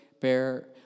bear